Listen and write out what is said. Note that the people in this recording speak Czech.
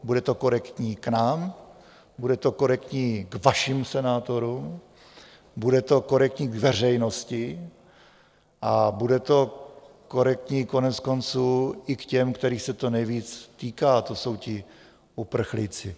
Bude to korektní k nám, bude to korektní k vašim senátorům, bude to korektní k veřejnosti a bude to korektní koneckonců i k těm, kterých se to nejvíc týká, to jsou ti uprchlíci.